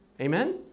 Amen